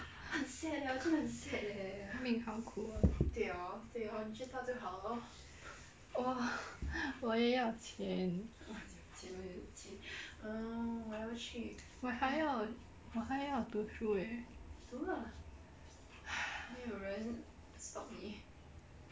命好苦啊 !wah! 我也要钱我还要还要读书 shu eh !hais!